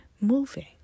moving